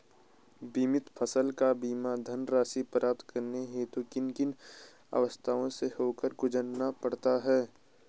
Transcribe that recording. बीमित फसल का बीमा धनराशि प्राप्त करने हेतु किन किन अवस्थाओं से होकर गुजरना पड़ता है?